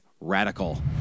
Radical